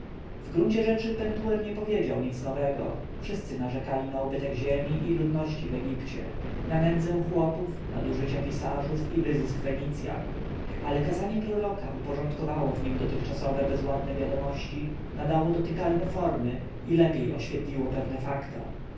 w gruncie rzeczy pentuer nie powiedział nic nowego wszyscy narzekali na ubytek ziemi i ludności w egipcie na nędzę chłopów nadużycia pisarzów i wyzysk fenicjan ale kazanie proroka uporządkowało w nim dotychczasowe bezładne wiadomości nadało im dotykalne formy i lepiej oświetliło pewne fakta